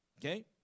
okay